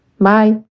Bye